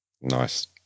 Nice